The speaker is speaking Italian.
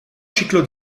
ciclo